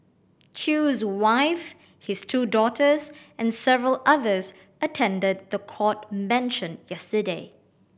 Chew's wife his two daughters and several others attended the court mention yesterday